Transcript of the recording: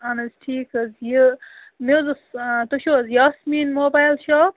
اہن حظ ٹھیٖک حظ یہِ مےٚ حظ اوس تُہۍ چھِو حظ یاسمیٖن موبایِل شاپ